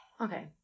Okay